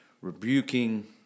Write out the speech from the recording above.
rebuking